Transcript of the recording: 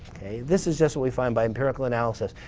okay. this is just what we find by empirical analysis.